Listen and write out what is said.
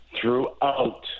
throughout